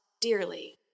dearly